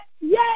yay